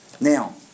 Now